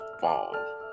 fall